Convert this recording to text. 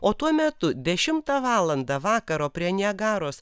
o tuo metu dešimtą valandą vakaro prie niagaros